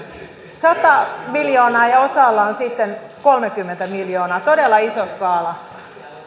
sata miljoonaa ja osalla on sitten kolmekymmentä miljoonaa todella iso skaala